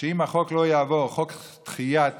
שאם החוק לא יעבור, אם חוק דחיית